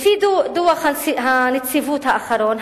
לפי דוח הנציבות האחרון,